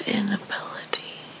inability